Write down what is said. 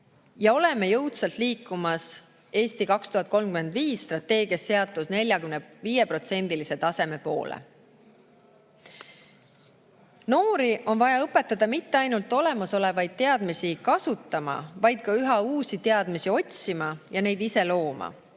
ja oleme jõudsalt liikumas strateegias "Eesti 2035" seatud 45% taseme poole. Noori on vaja õpetada mitte ainult olemasolevaid teadmisi kasutama, vaid ka üha uusi teadmisi otsima ja neid ise looma.